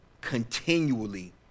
continually